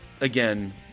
again